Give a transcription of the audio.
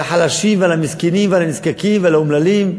על החלשים ועל המסכנים ועל הנזקקים ועל האומללים.